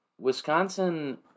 Wisconsin